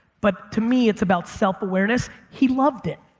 but to me, it's about self-awareness he loved it,